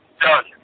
Done